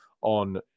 on